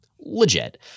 Legit